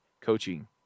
coaching